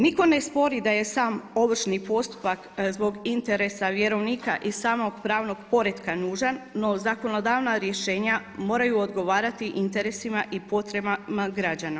Nitko ne spori da je sam ovršni postupak zbog interesa vjerovnika i samog pravnog poretka nužan no zakonodavna rješenja moraju odgovarati interesima i potrebama građana.